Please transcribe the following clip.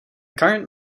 current